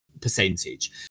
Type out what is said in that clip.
percentage